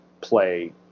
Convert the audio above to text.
play